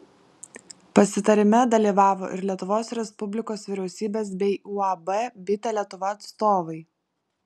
pasitarime dalyvavo ir lietuvos respublikos vyriausybės bei uab bitė lietuva atstovai